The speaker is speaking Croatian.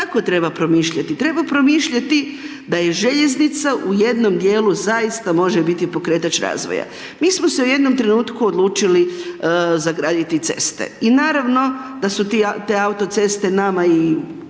Tako treba promišljati, treba promišljati da i željeznica u jednom dijelu zaista može biti pokretač razvoja. Mi smo se u jednom trenutku odlučili za graditi ceste. I naravno da su te autoceste i nama u